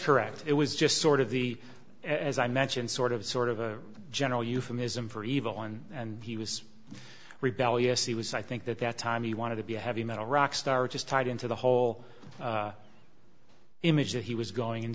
correct it was just sort of the as i mentioned sort of sort of a general euphemism for evil one and he was rebellious he was i think that that time he wanted to be a heavy metal rock star which is tied into the whole image that he was going